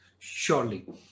Surely